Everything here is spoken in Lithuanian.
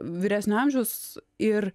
vyresnio amžiaus ir